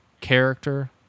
character